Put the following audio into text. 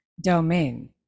domain